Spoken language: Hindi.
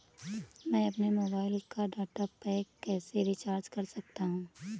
मैं अपने मोबाइल का डाटा पैक कैसे रीचार्ज कर सकता हूँ?